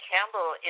Campbell